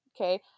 Okay